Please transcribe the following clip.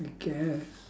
I guess